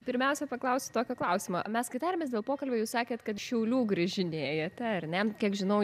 pirmiausia paklausiu tokio klausimo mes kai tarėmės dėl pokalbio jūs sakėt kad šiaulių grįžinėjate ar ne kiek žinau